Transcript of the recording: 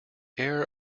air